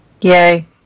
Yay